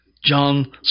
John